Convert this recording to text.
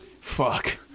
Fuck